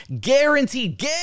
guaranteed